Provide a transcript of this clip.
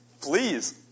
Please